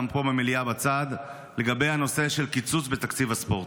פה במליאה בצד לגבי הנושא של קיצוץ בתקציב הספורט.